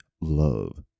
Love